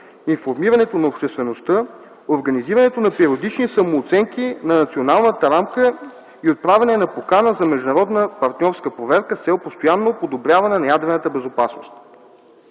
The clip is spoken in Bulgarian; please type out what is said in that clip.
информирането на обществеността; - организирането на периодични самооценки на националната рамка и отправяне на покана за международна партньорска проверка с цел постоянно подобряване на ядрената безопасност.